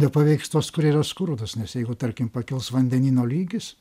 nepaveiks tos kuri yra skurdas nes jeigu tarkim pakils vandenyno lygis